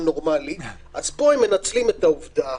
אז פה הם מנצלים את העובדה,